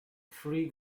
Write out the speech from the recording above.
three